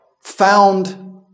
found